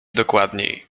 dokładniej